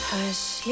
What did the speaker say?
Hush